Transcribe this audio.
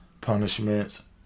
punishments